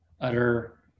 utter